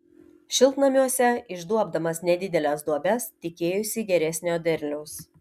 šiltnamiuose išduobdamas nedideles duobes tikėjosi geresnio derliaus